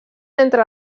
entre